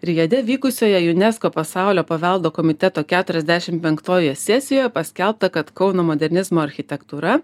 rijade vykusioje unesco pasaulio paveldo komiteto keturiasdešim penktojoje sesijoje paskelbta kad kauno modernizmo architektūra